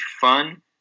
fun